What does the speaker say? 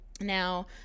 Now